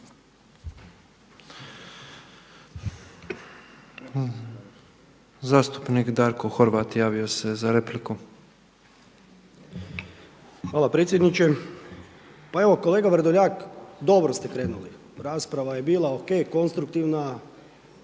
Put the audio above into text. Hvala predsjedniče. Pa evo kolega Vrdoljak dobro ste krenuli. Rasprava je bila o.k. konstruktivna,